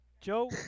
Joe